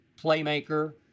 playmaker